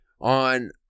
on